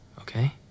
okay